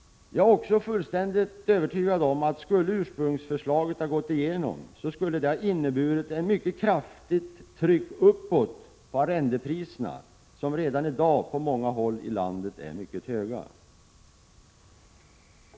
Jag är också helt övertygad om att skulle ursprungsförslaget ha gått igenom skulle det ha inneburit ett mycket kraftigt tryck uppåt på arrendepriserna, som redan i dag på många håll i landet är mycket höga.